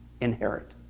inherit